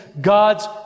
God's